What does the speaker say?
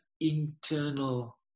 internal